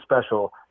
special